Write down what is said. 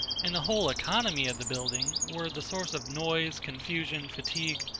and the whole economy of the building, were the source of noise, confusion, fatigue,